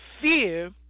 fear